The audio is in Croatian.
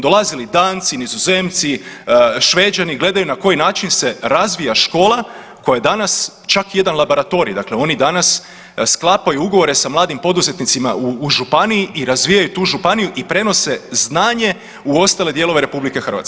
Dolazili Danci, Nizozemci, Šveđani gledaju na koji način se razvija škola koja danas čak i jedan laboratorij dakle oni danas sklapaju ugovore sa mladim poduzetnicima u županiji i razviju tu županiju i prenose znanje u ostale dijelove RH.